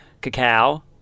cacao